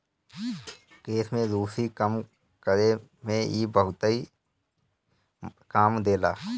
केश में रुसी कम करे में इ बहुते काम देला